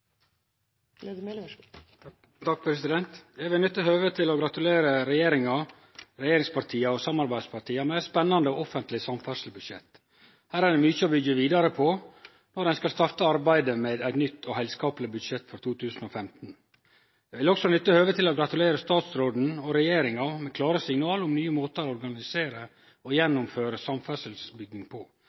Eg vi1 nytte høvet til å gratulere regjeringa, regjeringspartia og samarbeidsregjeringa med eit spennande og offensivt samferdselsbudsjett. Her er det mykje å bygge vidare på når ein skal starte arbeidet med eit nytt og heilskapleg budsjett for 2015. Eg vil også nytte høvet å gratulere statsråden og regjeringa med klare signal om nye måtar å organisere og gjennomføre samferdselsbygging på.